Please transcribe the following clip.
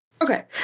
Okay